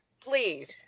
please